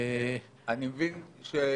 צביקה,